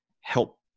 help